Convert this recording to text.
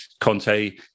Conte